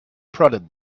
prodded